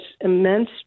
immense